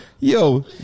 Yo